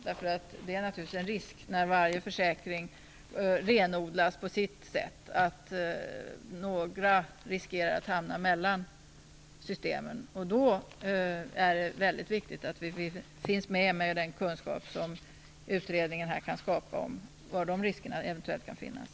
Det finns naturligtvis en risk att några människor hamnar mellan systemen när varje försäkring renodlas på sitt sätt. Då är det väldigt viktigt att vi finns med och har den kunskap som utredningen kan skapa om var riskerna eventuellt kan finnas.